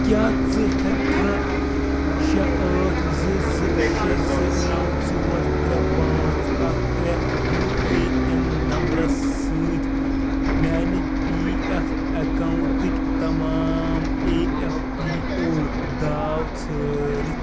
کیٛاہ ژٕ ہؠکٕکھا شےٚ ٲٹھ زٕ زٕ شےٚ زٕ نَو ژور ترٛےٚ پانٛژھ اَکھ ترٛےٚ یوٗ اَے این نمبرس سۭتۍ میٛانہِ پی ایف ایکاؤنٹٕکۍ تمام اے ایف پی او داو ژھٲرِتھ